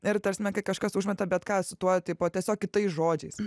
ir ta prasme kai kažkas užmeta bet ką su tuo tipo tiesiog kitais žodžiais